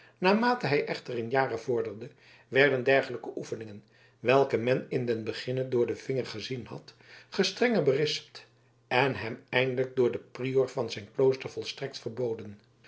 naarmate hij echter in jaren vorderde werden dergelijke oefeningen welke men in den beginne door de vingeren gezien had gestrenger berispt en hem eindelijk door den prior van zijn klooster volstrekt verboden